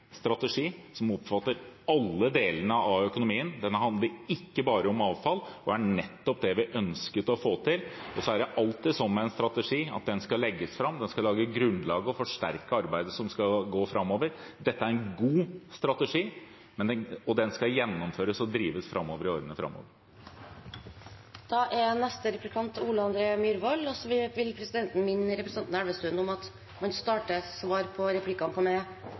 som omfatter alle deler av økonomien. Den handler ikke bare om avfall, men er nettopp det vi ønsket å få til. Så er det alltid sånn med en strategi at den skal legges fram og lage grunnlaget for og forsterke arbeidet som skal gå framover. Dette er en god strategi, og den skal gjennomføres og drives framover i årene som kommer. Jeg er helt enig med representanten Elvestuen i at vi trenger en omlegging av transportsektoren for å nå klimamålene, men det paradoksale er jo at